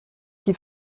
qui